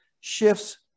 shifts